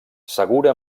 segura